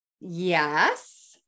Yes